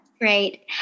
Great